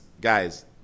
guys